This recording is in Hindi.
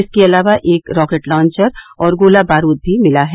इसके अलावा एक रॉकेट लॉन्चर और गोला बारूद भी मिला है